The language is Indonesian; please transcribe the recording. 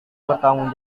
bertanggung